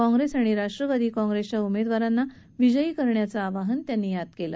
काँग्रेस आणि राष्ट्रवादी काँग्रेसच्या उमेदवारांना विजयी करण्याचा आवाहन त्यांनी यावेळी केलं